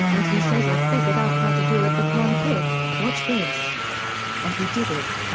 and he says i've figured out how to do it with one pick, watch this and he did it.